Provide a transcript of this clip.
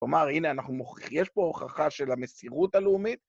כלומר, הנה אנחנו מוכיחים, יש פה הוכחה של המסירות הלאומית.